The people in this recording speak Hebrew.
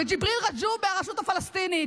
וג'יבריל רג'וב מהרשות הפלסטינית.